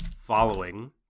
following